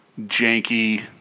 janky